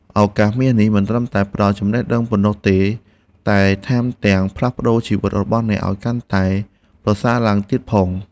ឱកាសមាសនេះមិនត្រឹមតែផ្តល់ចំណេះដឹងប៉ុណ្ណោះទេតែថែមទាំងផ្លាស់ប្តូរជីវិតរបស់អ្នកឱ្យកាន់តែប្រសើរឡើងទៀតផង។